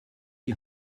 die